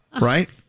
right